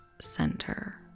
center